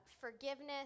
forgiveness